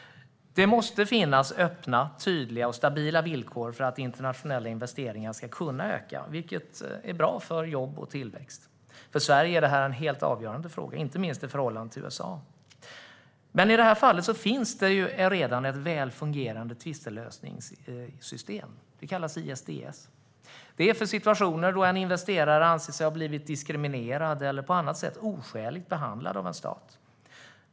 Det måste finnas öppna, tydliga och stabila villkor för att internationella investeringar ska kunna öka, vilket är bra för jobb och tillväxt. För Sverige är det en helt avgörande fråga, inte minst i förhållande till USA. I detta fall finns det dock redan ett väl fungerande tvistlösningssystem. Det kallas ISDS. Det är för situationer då en investerare anser sig ha blivit diskriminerad eller på annat sätt oskäligt behandlad av en stat.